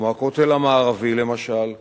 כמו הכותל המערבי, למשל,